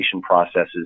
processes